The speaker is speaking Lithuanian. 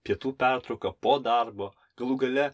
pietų pertrauką po darbo galų gale